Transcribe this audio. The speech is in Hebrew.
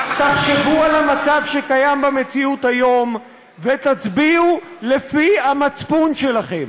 תחשבו על המצב שקיים במציאות היום ותצביעו לפי מצפונכם.